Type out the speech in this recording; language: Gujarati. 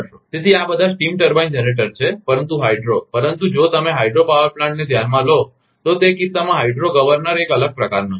તેથી આ બધા સ્ટીમ ટર્બાઇન જનરેટર છે પરંતુ હાઇડ્રો પરંતુ જો તમે હાઇડ્રો પાવર પ્લાન્ટને ધ્યાનમાં લો તો તે કિસ્સામાં હાઇડ્રો ગવર્નર એક અલગ પ્રકારનો છે